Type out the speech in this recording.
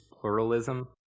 pluralism